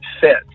fit